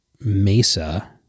Mesa